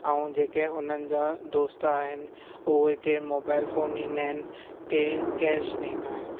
ऐं जेके उन्हनि जा दोस्त आहिनि उहे के मोबाईल फ़ोन ॾींदा आहिनि के कैश ॾींदा आहिनि